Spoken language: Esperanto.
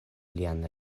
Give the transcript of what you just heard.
lian